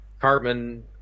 Cartman